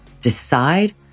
decide